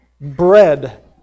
bread